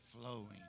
flowing